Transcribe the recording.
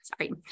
sorry